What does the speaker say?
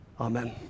Amen